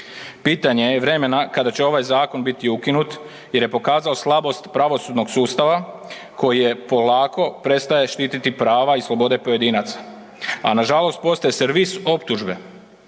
Pitanje je vremena kada će ovaj zakon biti ukinut jer je pokazao slabost pravosudnog sustava koji je polako prestaje štiti prava i slobode pojedinaca, a nažalost postaje servis optužbe.